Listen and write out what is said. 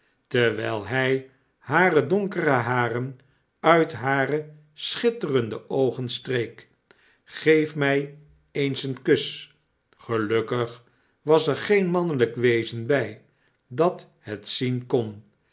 terwijl hij hare donkere haren uit hare schitterende oogen streek geef mij eens een kus gelukkig was er geen mannelijk wezen bij dat het zien kon